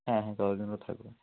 হ্যাঁ হ্যাঁ যতদিন ওরা থাকবে